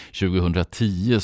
2010